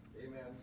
Amen